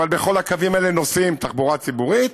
אבל בכל הקווים האלה נוסעים, תחבורה ציבורית,